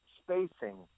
spacing